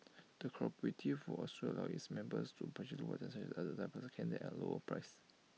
the cooperative would also allow its members to purchase items like adult diapers and catheters at A lower price